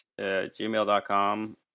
gmail.com